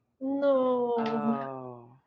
No